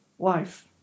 life